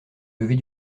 lever